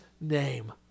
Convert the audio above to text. name